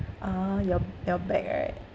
ah your your back right